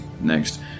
Next